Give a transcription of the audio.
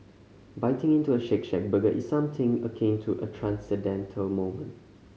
biting into a Shake Shack burger is something akin to a transcendental moment